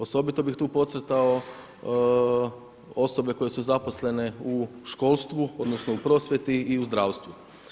Osobito bih tu podcrtao osobe koje su zaposlene u školstvu, odnosno u prosvjeti i zdravstvu.